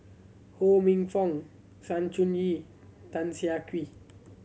Ho Minfong Sng Choon Yee Tan Siah Kwee